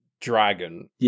dragon